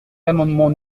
l’amendement